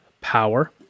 power